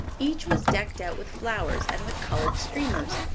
each was decked out with flowers and with colored streamers,